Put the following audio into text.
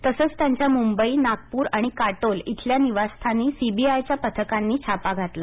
तसंच त्यांच्या मुंबई नागपूर आणि काटोल इथल्या निवासस्थानी सीबीआयच्या पथकांनी छापा घातला